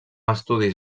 estudis